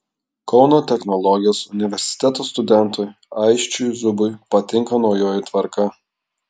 kauno technologijos universiteto studentui aisčiui zubui patinka naujoji tvarka